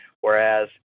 whereas